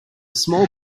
small